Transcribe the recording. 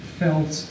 felt